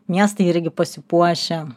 miestai irgi pasipuošę